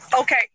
Okay